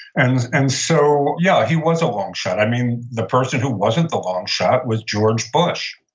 and and so, yeah, he was a long shot. i mean, the person who wasn't the long shot was george bush.